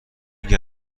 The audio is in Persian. گین